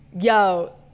Yo